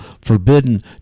forbidden